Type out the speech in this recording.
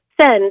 send